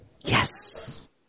Yes